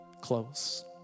close